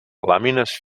làmines